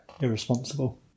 irresponsible